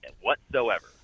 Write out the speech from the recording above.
whatsoever